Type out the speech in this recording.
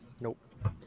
Nope